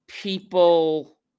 People